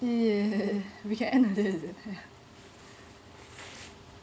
yeah we can end like that is it